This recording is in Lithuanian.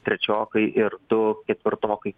trečiokai ir du ketvirtokai